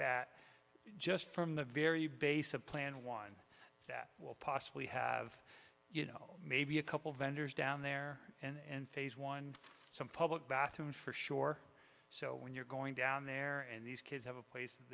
that just from the very base of plan one that will possibly have you know maybe a couple vendors down there and phase one some public bathrooms for sure so when you're going down there and these kids have a place th